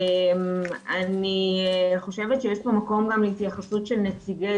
אני חושבת שיש פה מקום גם להתייחסות נציגי